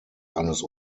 eines